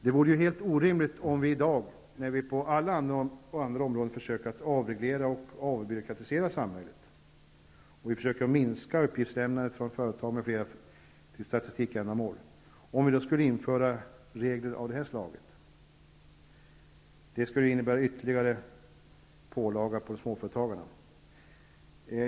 Det vore helt orimligt om vi i dag, när vi på alla andra områden försöker att avreglera och avbyråkratisera samhället och minska uppgiftslämnandet från företag m.fl. för statistiska ändamål m.m., skulle införa regler av detta slag. Det skulle innebära en ytterligare pålaga för småföretagarna.